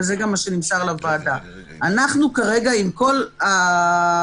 וזה גם מה שנמסר לוועדה אנחנו כרגע עם כל הסידור